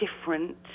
different